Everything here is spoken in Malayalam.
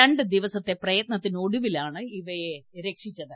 രണ്ട് ദിവസത്തെ പ്രയത്നത്തിന് ഒടുവിലാണ് ഇവയെ രക്ഷിച്ചത്